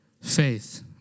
Faith